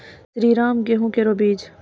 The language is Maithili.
श्रीराम गेहूँ केरो बीज?